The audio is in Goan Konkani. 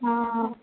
हां